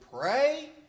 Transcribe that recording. pray